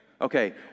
Okay